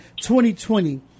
2020